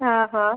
ആ ഹാ